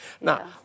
Now